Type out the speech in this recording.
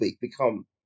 become